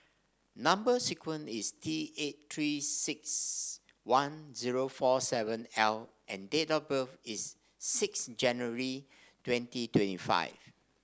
number sequence is T eight Three six one zero four seven L and date of birth is six January twenty twenty five